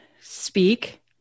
speak